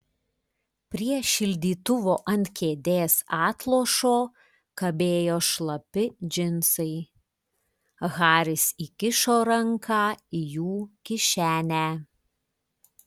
prie šildytuvo ant kėdės atlošo kabėjo šlapi džinsai haris įkišo ranką į jų kišenę